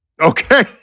Okay